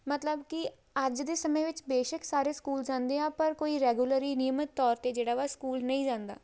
ਮਤਲਬ ਕਿ ਅੱਜ ਦੇ ਸਮੇਂ ਵਿੱਚ ਬੇਸ਼ੱਕ ਸਾਰੇ ਸਕੂਲ ਜਾਂਦੇ ਆ ਪਰ ਕੋਈ ਰੈਗੂਲਰੀ ਨਿਯਮਿਤ ਤੌਰ 'ਤੇ ਜਿਹੜਾ ਵਾ ਸਕੂਲ ਨਹੀਂ ਜਾਂਦਾ